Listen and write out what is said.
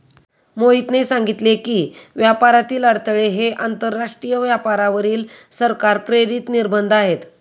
मोहितने सांगितले की, व्यापारातील अडथळे हे आंतरराष्ट्रीय व्यापारावरील सरकार प्रेरित निर्बंध आहेत